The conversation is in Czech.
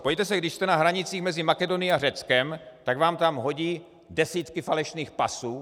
Podívejte se, když jste na hranicích mezi Makedonií a Řeckem, tak vám tam hodí desítky falešných pasů.